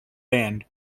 band